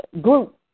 group